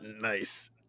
Nice